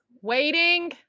waiting